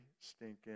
stinking